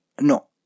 No